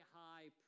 high